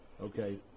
Okay